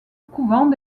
couvent